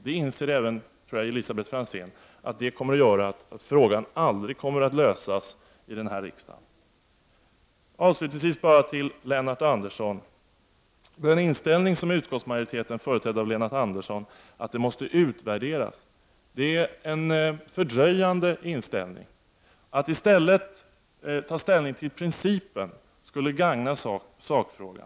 Jag tror att även Elisabet Franzén inser att det innebär att frågan aldrig kommer att lösas här i riksdagen. Avslutningsvis bara några ord till Lennart Andersson. Utskottsmajoritetens inställning, som företräds av Lennart Andersson, är den att frågan måste utvärderas. Det är en fördröjande inställning. Om man i stället bestämde sig i principfrågan skulle man gagna sakfrågan.